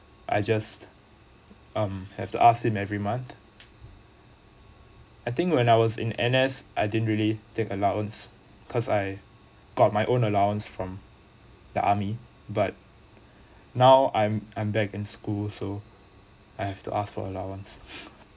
I just um have to ask him every month I think when I was in N_S I didn't really take allowance cause I got my own allowance from the army but now I'm I'm back in school so I have to ask for allowance